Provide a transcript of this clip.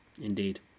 Indeed